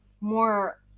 more